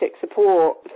support